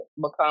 become